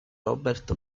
robert